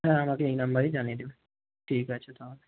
হ্যাঁ আমাকে এই নাম্বারেই জানিয়ে দেবে ঠিক আছে তাহলে